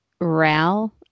RAL